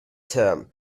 term